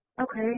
Okay